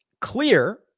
clear